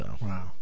Wow